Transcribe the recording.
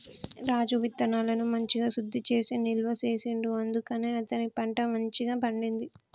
రాజు విత్తనాలను మంచిగ శుద్ధి చేసి నిల్వ చేసిండు అందుకనే అతని పంట మంచిగ పండింది